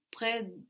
près